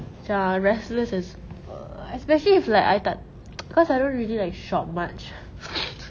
macam restless as err especially if like I tak cause I don't really like shop much